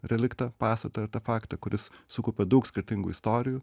reliktą pastatą artefaktą kuris sukaupė daug skirtingų istorijų